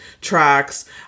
tracks